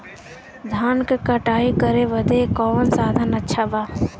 धान क कटाई करे बदे कवन साधन अच्छा बा?